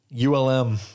ULM